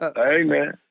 Amen